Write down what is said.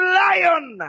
lion